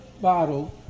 bottle